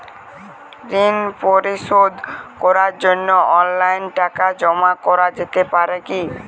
ঋন পরিশোধ করার জন্য অনলাইন টাকা জমা করা যেতে পারে কি?